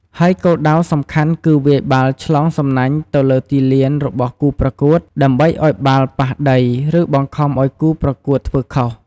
ហើយគោលដៅសំខាន់គឺវាយបាល់ឆ្លងសំណាញ់ទៅលើទីលានរបស់គូប្រកួតដើម្បីឱ្យបាល់ប៉ះដី ឬបង្ខំឱ្យគូប្រកួតធ្វើខុស។